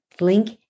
Link